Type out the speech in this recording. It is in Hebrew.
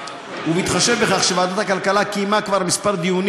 ובהתחשב בכך שוועדת הכלכלה קיימה כבר כמה דיונים